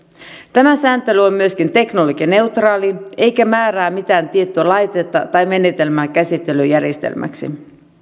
tämä sääntely on myöskin teknologianeutraali eikä määrää mitään tiettyä laitetta tai menetelmää käsittelyjärjestelmäksi